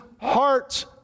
heart